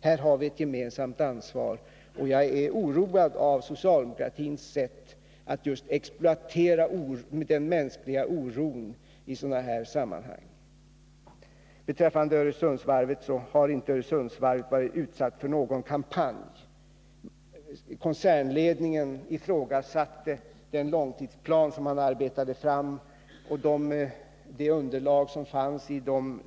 Här har vi ett gemensamt ansvar. Jag är oroad av socialdemokratins sätt att just exploatera den mänskliga oron i sådana här sammanhang. Beträffande Öresundsvarvet vill jag framhålla att detta inte har varit utsatt för någon kampanj. Koncernledningen ifrågasatte den långtidsplan som man arbetade fram och det underlag som fanns i